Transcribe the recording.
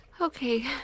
Okay